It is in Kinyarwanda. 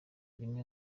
rimwe